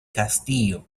castillo